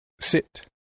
Sit